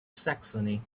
saxony